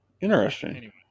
Interesting